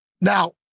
Now